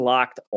Locked